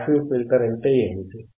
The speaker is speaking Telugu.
పాసివ్ ఫిల్టర్ అంటే ఏమిటి